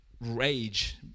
rage